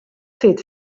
fet